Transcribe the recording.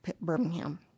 Birmingham